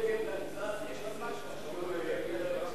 לוועדת הכלכלה נתקבלה.